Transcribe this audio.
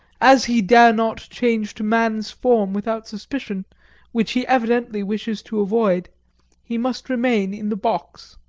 as he dare not change to man's form without suspicion which he evidently wishes to avoid he must remain in the box.